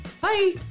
Bye